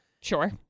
Sure